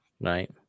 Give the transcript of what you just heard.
right